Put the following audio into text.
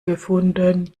gefunden